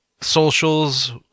socials